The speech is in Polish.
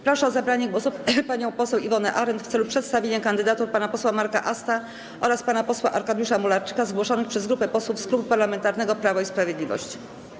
Proszę o zabranie głosu panią poseł Iwonę Arent w celu przedstawienia kandydatur pana posła Marka Asta oraz pana posła Arkadiusza Mularczyka, zgłoszonych przez grupę posłów z Klubu Parlamentarnego Prawo i Sprawiedliwość.